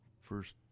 first